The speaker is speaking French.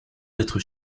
d’être